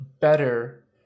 better